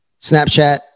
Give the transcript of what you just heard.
Snapchat